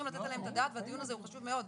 לתת עליהם את הדעת והדיון הזה הוא חשוב מאוד,